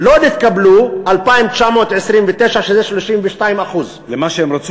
לא נתקבלו 2,929 שזה 32%. למה שהם רצו.